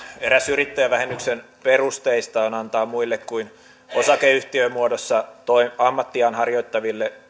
eräs yrittäjävähennyksen perusteista on antaa muille kuin osakeyhtiömuodossa ammattiaan harjoittaville